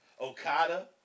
Okada